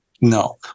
No